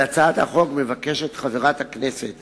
בהצעת החוק חברת הכנסת